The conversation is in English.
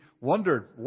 wondered